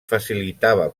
facilitava